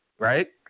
Right